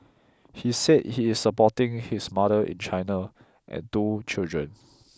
he said he is supporting his mother in China and two children